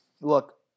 Look